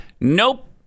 nope